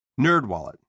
NerdWallet